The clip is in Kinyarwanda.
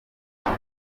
umwe